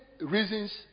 reasons